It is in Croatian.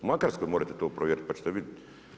U Makarskoj morete to provjeriti pa ćete vidjeti.